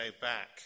back